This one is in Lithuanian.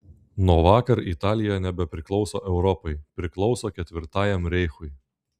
nuo vakar italija nebepriklauso europai priklauso ketvirtajam reichui